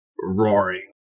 roaring